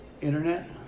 internet